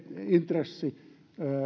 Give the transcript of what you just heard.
intressi